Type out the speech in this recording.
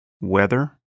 weather